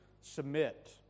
Submit